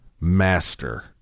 master